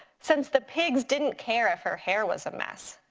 since the pigs didn't care if her hair was a mess.